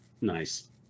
Nice